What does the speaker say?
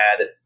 add